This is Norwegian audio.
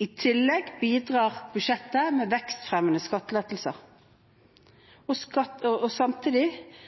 I tillegg bidrar budsjettet med vekstfremmende skattelettelser. Samtidig